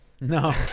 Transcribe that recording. No